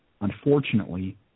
unfortunately